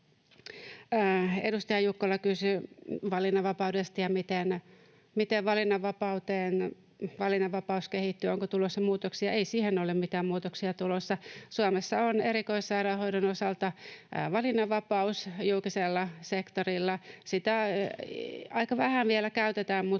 Edustaja Jukkola kysyi valinnanvapaudesta ja siitä, miten valinnanvapaus kehittyy, onko tulossa muutoksia. Ei siihen ole mitään muutoksia tulossa. Suomessa on erikoissairaanhoidon osalta valinnanvapaus. Julkisella sektorilla sitä aika vähän vielä käytetään,